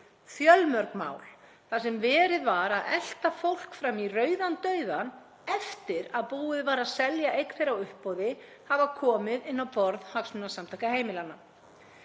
Fjölmörg mál þar sem verið var að elta fólk fram í rauðan dauðann eftir að búið var að selja eign þeirra á uppboði, hafa komið inn á borð Hagsmunasamtaka heimilanna.